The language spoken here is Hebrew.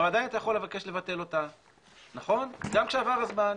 עדיין אתה יכול לבקש לבטל אותה גם אם עבר הזמן.